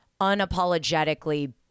unapologetically